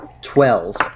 Twelve